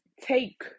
take